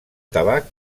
tabac